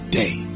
day